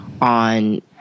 on